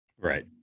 Right